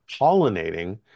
pollinating